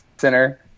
Center